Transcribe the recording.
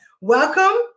Welcome